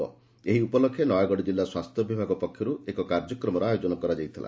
' ଏହି ଉପଲକ୍ଷେ ନୟାଗଡ଼ ଜିଲ୍ଲା ସ୍ୱାସ୍ଥ୍ୟ ବିଭାଗ ପକ୍ଷରୁ ଏକ କାର୍ଯ୍ୟକ୍ରମର ଆୟୋଜନ କରାଯାଇଥିଲା